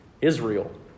Israel